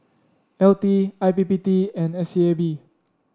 L T I P P T and S E A B